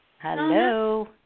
Hello